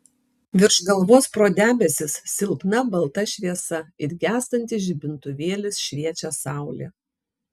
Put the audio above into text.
virš galvos pro debesis silpna balta šviesa it gęstantis žibintuvėlis šviečia saulė